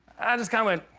i just kind of went